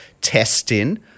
testing